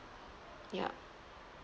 ya